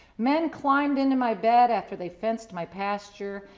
men climbed into my bed after they fenced my pasture,